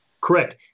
Correct